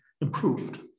improved